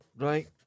Right